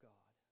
God